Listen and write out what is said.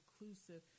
inclusive